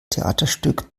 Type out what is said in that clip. theaterstück